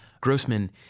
Grossman